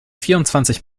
vierundzwanzig